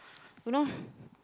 you know